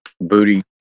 booty